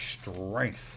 strength